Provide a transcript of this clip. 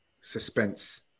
suspense